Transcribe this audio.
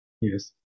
Yes